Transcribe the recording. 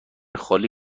خالی